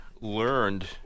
learned